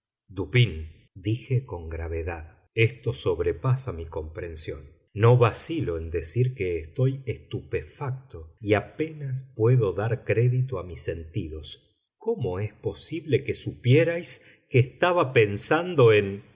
dije con gravedad esto sobrepasa mi comprensión no vacilo en decir que estoy estupefacto y apenas puedo dar crédito a mis sentidos cómo es posible que supierais que estaba pensando en